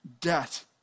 debt